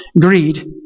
greed